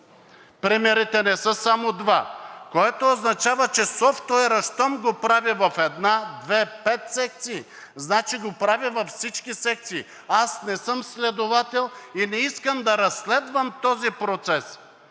– те не са само два, което означава, че софтуерът щом го прави в една-две-пет секции, значи го прави във всички секции. Не съм следовател и не искам да разследвам този процес,